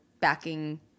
backing